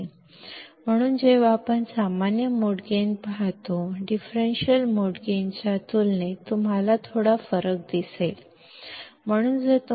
ಆದ್ದರಿಂದ ನಾವು common mode gain ಅನ್ನು ನೋಡಿದಾಗ ಡಿಫರೆನ್ಷಿಯಲ್ ಮೋಡ್ ಗೈನ್ಗೆ ಹೋಲಿಸಿದರೆ ನೀವು ಸ್ವಲ್ಪ ವ್ಯತ್ಯಾಸವನ್ನು ನೋಡುತ್ತೀರಿ